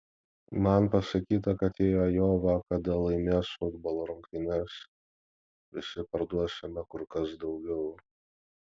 man pasakyta kad jei ajova kada laimės futbolo rungtynes visi parduosime kur kas daugiau